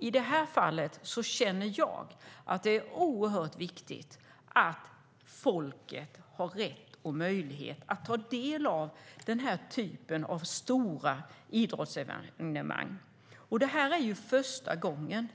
I detta fall känner jag att det är oerhört viktigt att folket har rätt och möjlighet att ta del av denna typ av stora idrottsevenemang. Detta är första gången.